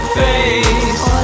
face